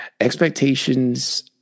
Expectations